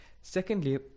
Secondly